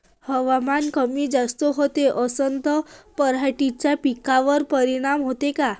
हवामान कमी जास्त होत असन त पराटीच्या पिकावर परिनाम होते का?